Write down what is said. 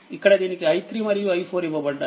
ఇక్కడ దీనికి i3మరియు i4ఇవ్వబడ్డాయి